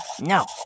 No